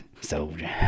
soldier